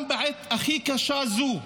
גם בעת הכי קשה הזו,